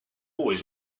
always